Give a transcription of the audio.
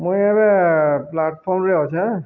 ମୁଇଁ ଏବେ ପ୍ଲାଟଫର୍ମରେ ଅଛେଁ